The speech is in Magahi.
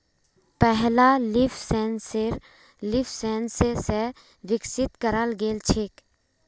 पहला लीफ सेंसर लीफसेंस स विकसित कराल गेल छेक